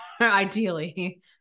ideally